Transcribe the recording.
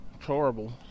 Horrible